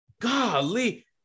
Golly